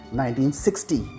1960